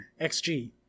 XG